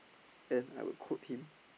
then I will quote him